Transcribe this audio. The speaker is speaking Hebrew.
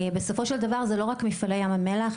בסופו של דבר זה לא רק מפעלי ים המלח,